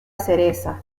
cereza